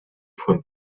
from